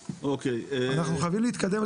אנחנו חייבים להתקדם,